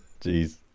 Jeez